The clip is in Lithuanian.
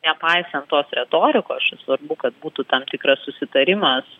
nepaisant tos retorikosčia svarbu kad būtų tam tikras susitarimas